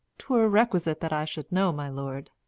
twere requisite that i should know, my lord.